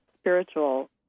spiritual